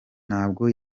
ntabwo